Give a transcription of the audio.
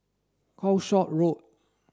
Calshot Road